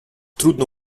trudno